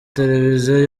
televiziyo